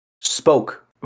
spoke